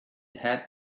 had